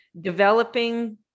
developing